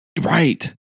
right